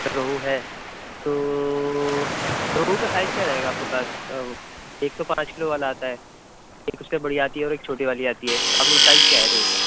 روہو ہے تو روہو کا سائز کیا رہے گا آپ کے پاس ایک تو پانچ کلو والا آتا ہے ایک اس سے بڑی آتی ہے اور ایک چھوٹی والی آتی ہے تو آپ کے پاس سائز کیا ہے روہو کا